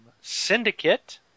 Syndicate